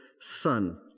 son